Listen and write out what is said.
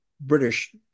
British